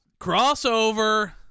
crossover